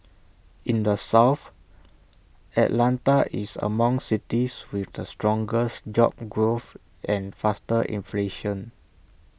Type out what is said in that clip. in the south Atlanta is among cities with the strongest job growth and faster inflation